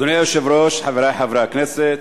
אדוני היושב-ראש, חברי חברי הכנסת,